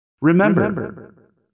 Remember